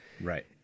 Right